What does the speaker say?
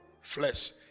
flesh